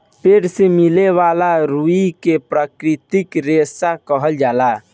पेड़ से मिले वाला रुई के प्राकृतिक रेशा कहल जाला